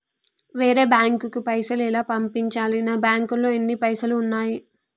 వేరే బ్యాంకుకు పైసలు ఎలా పంపించాలి? నా బ్యాంకులో ఎన్ని పైసలు ఉన్నాయి?